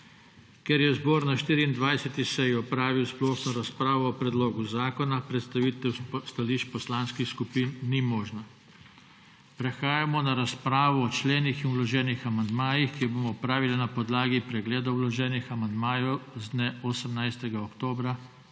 Ker je zbor na 24. seji opravil splošno razpravo o predlogu zakona, predstavitev stališč poslanskih skupin ni možna. Prehajamo na razpravo o členih in vloženih amandmajih, ki jo bomo opravili na podlagi pregleda vloženih amandmajev z dne 18. oktobra